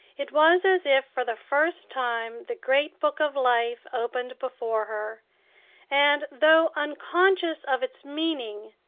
it was as if for the first time the great book of life opened before her and, though unconscious of its meaning,